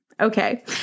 Okay